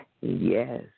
yes